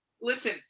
Listen